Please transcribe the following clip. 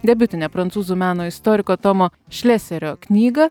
debiutinę prancūzų meno istoriko tomo šleserio knygą